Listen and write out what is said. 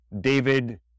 David